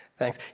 thanks,